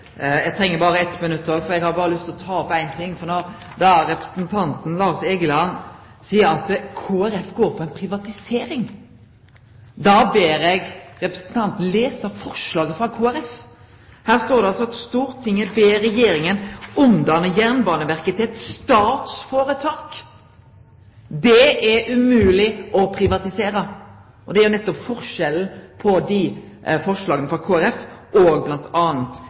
Eg treng berre eitt minutt. Eg har berre lyst til å ta opp ein ting. Representanten Lars Egeland seier at Kristeleg Folkeparti går for privatisering. Eg vil be representanten lese forslaget frå Kristeleg Folkeparti. Her står det: «Stortinget ber Regjeringen omdanne Jernbaneverket til statsforetak.» Det kan umogleg vere å privatisere. Det er nettopp forskjellen på forslaga frå Kristeleg Folkeparti og